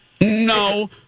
No